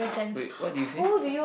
wait what did you say